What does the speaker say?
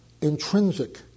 intrinsic